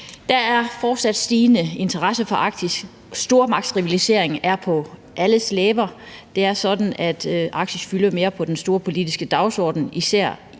Der er fortsat stigende interesse for Arktis. Stormagtsrivalisering er på alles læber. Det er sådan, at Arktis fylder mere på den storpolitiske dagsorden, især